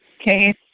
Okay